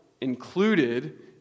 included